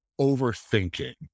overthinking